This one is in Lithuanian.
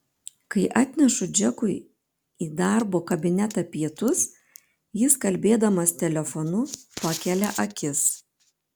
kai atnešu džekui į darbo kabinetą pietus jis kalbėdamas telefonu pakelia akis